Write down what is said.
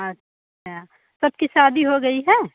अच्छा सबकी शादी हो गई है